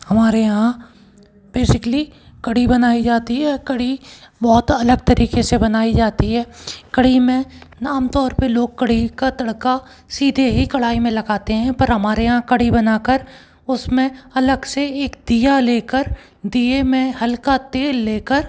हमारे यहाँ बेसिकली कढ़ी बनाई जाती है या कढ़ी बहुत अलग तरीक़े से बनाई जाती है कढ़ी में आमतौर पर लोग कढ़ी का तड़का सीधे ही कढ़ाई में लगाते हैं पर अमारे यहाँ कढ़ी बना कर उस में अलग से एक दिया ले कर दिए में हल्का तेल ले कर